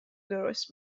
درست